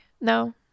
no